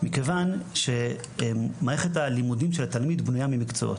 מכיוון שמערכת הלימודים של התלמיד בנויה ממקצועות,